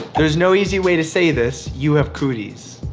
there's no easy way to say this, you have cooties.